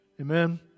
Amen